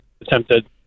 attempted